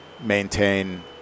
maintain